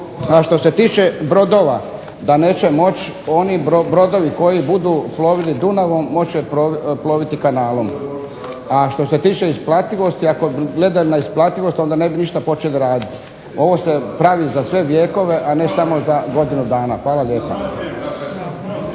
što se tiče brodova da neće moći, oni brodovi koji budu plovili Dunavom moći će ploviti kanalom. A što se tiče isplativosti, ako gledamo na isplativost onda ne bi ništa počeli raditi. Ovo se pravi za sve vjekove, a ne samo za godinu dana. Hvala lijepa.